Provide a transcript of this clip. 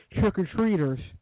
trick-or-treaters